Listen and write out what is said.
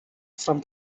from